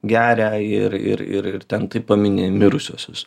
geria ir ir ir ten taip pamini mirusiuosius